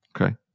Okay